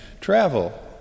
travel